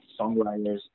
songwriters